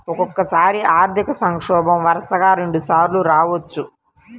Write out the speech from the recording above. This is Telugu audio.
ఒక్కోసారి ఆర్థిక సంక్షోభం వరుసగా రెండుసార్లు రావచ్చు